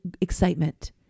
excitement